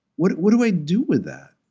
what what do i do with that?